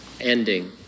ending